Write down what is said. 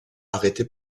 arrêtés